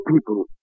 people